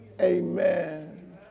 Amen